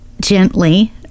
Gently